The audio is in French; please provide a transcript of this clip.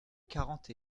quarante